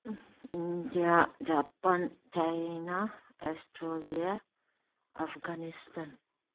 India Japan China Australia Afghanistan